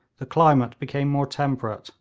the climate became more temperate,